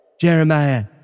Jeremiah